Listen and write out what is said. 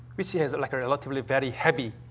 which yeah is like relatively very heavy,